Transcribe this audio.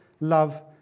love